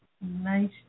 Nice